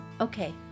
Okay